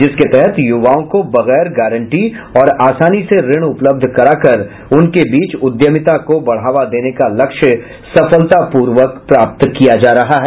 जिसके तहत युवाओं को बगैर गारंटी और आसानी से ऋण उपलब्ध करा कर उनके बीच उद्यमिता को बढ़ावा देने का लक्ष्य सफलतापूर्वक प्राप्त किया जा रहा है